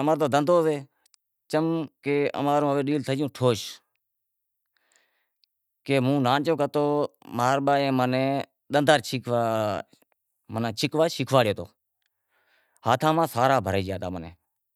امارو تو دہندہو سے، چم کہ امارو ڈیل تھئی گیو ٹھوش، کہ ہوں نانہو ہتو ماں رو بھائی منیں شیکھوا ڈیتو۔ ہاتاں ماں چھاڑا پئی گیا تا ماں رے۔